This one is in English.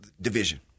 division